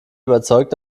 überzeugt